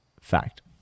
fact